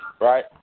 right